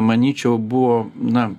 manyčiau buvo na